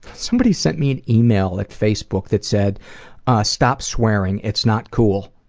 somebody sent me an email at facebook that said stop swearing, it's not cool.